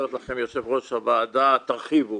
אומרת לכם יושבת ראש הוועדה שתרחיבו,